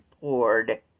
poured